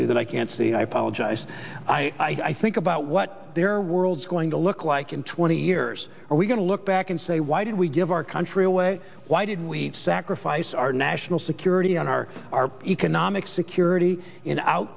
to that i can't see i apologize i think about what their world is going to look like in twenty years are we going to look back and say why did we give our country away why did we sacrifice our national security on our our economic security in out